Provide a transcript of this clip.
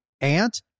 aunt